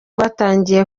batangiye